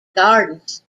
gardens